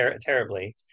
terribly